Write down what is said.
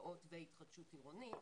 משכנתאות והתחדשות עירונית,